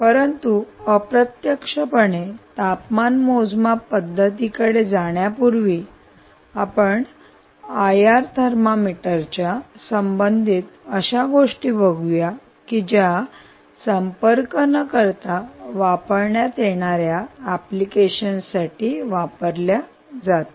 परंतु अप्रत्यक्षपणे तापमान मोजमाप पद्धतीकडे जाण्यापूर्वी आपण आयआर थर्मामीटमीटरच्या संबंधित अशा गोष्टी बघूया की ज्या संपर्क न करता वापरण्यात येणाऱ्या एप्लिकेशन्ससाठी वापरल्या जातात